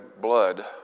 blood